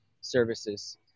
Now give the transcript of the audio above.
services